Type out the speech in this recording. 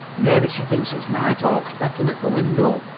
maybe she thinks it's night-hawks pecking at the window,